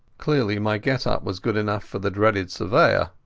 clearly my get-up was good enough for the dreaded surveyor.